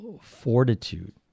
fortitude